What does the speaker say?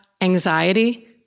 anxiety